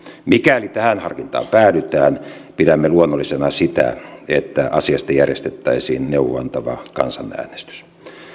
mikäli tähän harkintaan päädytään pidämme luonnollisena sitä että asiasta järjestettäisiin neuvoa antava kansanäänestys